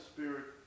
Spirit